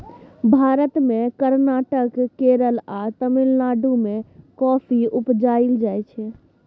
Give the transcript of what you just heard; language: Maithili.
भारत मे कर्नाटक, केरल आ तमिलनाडु मे कॉफी उपजाएल जाइ छै